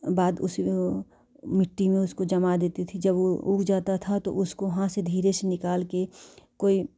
बाद उसमें मिट्टी में उसको जमा देती थी जब वह उग जाता था तो उसको वहाँ से धीरे से निकालकर कोई